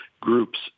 groups